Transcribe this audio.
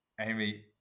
Amy